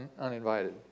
uninvited